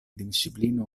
discipline